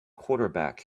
quarterback